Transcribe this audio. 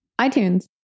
iTunes